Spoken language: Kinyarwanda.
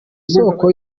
isoko